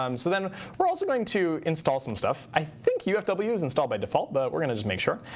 um so then we're also going to install some stuff. i think ufw is installed by default, but we're going to just make sure.